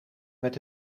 met